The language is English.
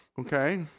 okay